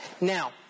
Now